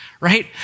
right